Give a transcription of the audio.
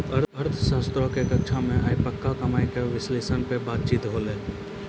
अर्थशास्त्रो के कक्षा मे आइ पक्का कमाय के विश्लेषण पे बातचीत होलै